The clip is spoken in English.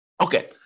Okay